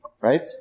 Right